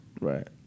Right